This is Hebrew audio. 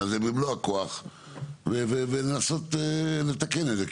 הזה במלוא הכוח ולנסות לתקן את זה.